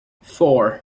four